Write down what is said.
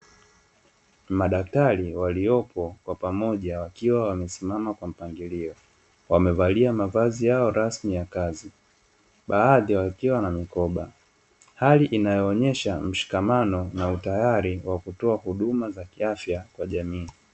Madaktari waliopo kwa pamoja wakiwa wamesimama kwa mpangilio, wamevalia mavazi yao rasmi ya kazi baadhi wakiwa na mikoba. Hali inayoonyesha mshikamano na utayari wa kutoa huduma za kiafya kwa jamii.